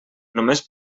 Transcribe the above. només